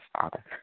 Father